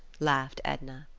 laughed edna.